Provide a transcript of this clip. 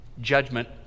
judgment